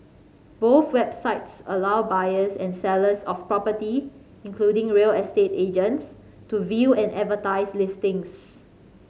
both websites allow buyers and sellers of property including real estate agents to view and advertise listings